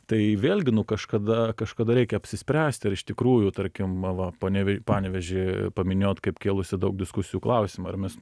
tai vėlgi nu kažkada kažkada reikia apsispręst ar iš tikrųjų tarkim m va pane panevėžį paminėjot kaip kėlusį daug diskusijų klausimą ar mes